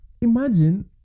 Imagine